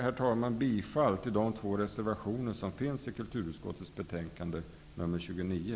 Jag yrkar bifall till de två reservationer som finns i kulturutskottets betänkande nr 29.